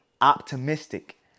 optimistic